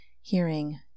hearing